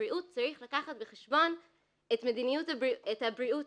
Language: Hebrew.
הבריאות צריך לקחת בחשבון את צרכי הבריאות